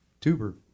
tuber